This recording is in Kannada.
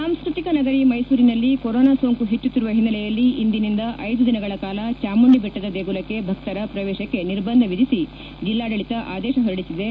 ಸಾಂಸ್ಟೃತಿಕ ನಗರಿ ಮೈಸೂರಿನಲ್ಲಿ ಕೊರೋನಾ ಸೋಂಕು ಹೆಚ್ಚುತ್ತಿರುವ ಹಿನ್ನೆಲೆಯಲ್ಲಿ ಇಂದಿನಿಂದ ಐದು ದಿನಗಳ ಕಾಲ ಚಾಮುಂಡಿಬೆಟ್ಟದ ದೇಗುಲಕ್ಷೆ ಭಕ್ತರ ಪ್ರವೇಶಕ್ಷೆ ನಿರ್ಬಂಧ ವಿಧಿಸಿ ಜೆಲ್ಲಾಡಳಿತ ಆದೇಶ ಹೊರಡಿಸಿದೆ